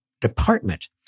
department